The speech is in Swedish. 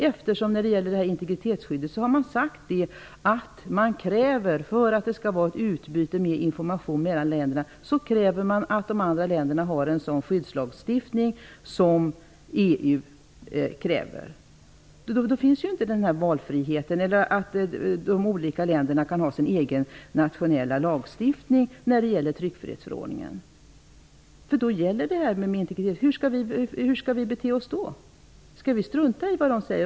Exempelvis när det gäller integritetsskyddet har man sagt att man kräver att de andra länderna har en sådan skyddslagstiftning som EU kräver, för att det skall ske ett utbyte av information mellan länderna. Då kan inte de olika länderna ha sin egen nationella lagstiftning när det gäller tryckfrihetsförordningen. Hur skall vi då bete oss? Skall vi strunta i vad EU säger?